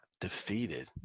defeated